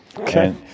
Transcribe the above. Okay